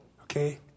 Okay